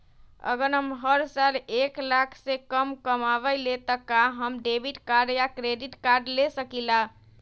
अगर हम हर साल एक लाख से कम कमावईले त का हम डेबिट कार्ड या क्रेडिट कार्ड ले सकीला?